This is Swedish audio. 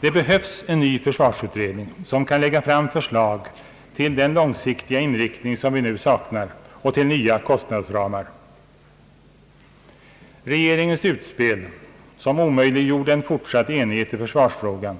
Det behövs en ny försvarsutredning som kan lägga fram förslag till den långsiktiga inriktning som vi nu saknar och till nya kostnadsramar. Regeringens utspel, som omöjliggjorde en fortsatt enighet i försvarsfrågan,